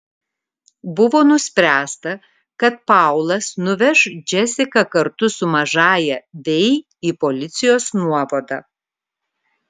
buvo nuspręsta kad paulas nuveš džesiką kartu su mažąja vei į policijos nuovadą